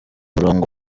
umurongo